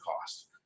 cost